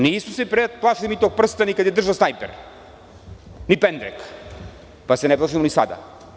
Nismo se mi plašili tog prsta ni kada je držao snajper, ni pendrek, pa se ne plašimo ni sada.